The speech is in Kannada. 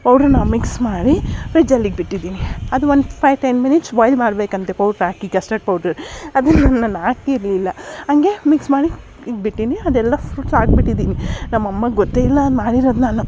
ಪೌಡ್ರನ್ನು ಮಿಕ್ಸ್ ಮಾಡಿ ಫ್ರಿಡ್ಜಲ್ಲಿ ಇಟ್ಬಿಟ್ಟಿದ್ದೀನಿ ಅದು ಒಂದು ಫೈವ್ ಟೆನ್ ಮಿನಿಟ್ಸ್ ಬಾಯ್ಲ್ ಮಾಡಬೇಕಂತೆ ಪೌಡ್ರ್ ಹಾಕಿ ಕಸ್ಟಡ್ ಪೌಡ್ರ ಅದನ್ನು ನಾನು ಹಾಕಿರಲಿಲ್ಲ ಹಾಗೆ ಮಿಕ್ಸ್ ಮಾಡಿ ಇಟ್ಬಿಟ್ಟೀನಿ ಅದೆಲ್ಲ ಫ್ರುಟ್ಸ್ ಹಾಕಿಬಿಟ್ಟಿದ್ದೀನಿ ನಮ್ಮಮ್ಮಂಗೆ ಗೊತ್ತೇ ಇಲ್ಲ ಅದು ಮಾಡಿರೋದು ನಾನು